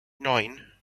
nine